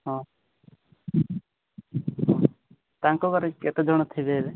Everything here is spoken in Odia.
ହଁ ତାଙ୍କ ଘରେ କେତେ ଜଣ ଥିବେ ଯେ